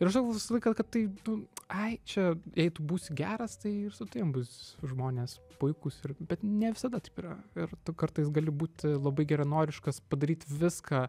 ir aš galvodavau visą laiką kad tai nu tu ai čia jei tu būsi geras tai ir su tavim bus žmonės puikūs ir bet ne visada taip yra ir tu kartais gali būt labai geranoriškas padaryt viską